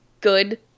good